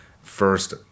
first